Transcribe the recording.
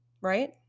right